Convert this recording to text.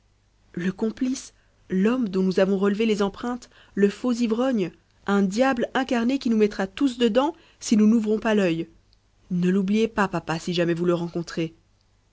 le complice l'homme dont nous avons relevé les empreintes le faux ivrogne un diable incarné qui nous mettra tous dedans si nous n'ouvrons pas l'œil ne l'oubliez pas papa et si jamais vous le rencontrez